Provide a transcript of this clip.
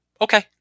Okay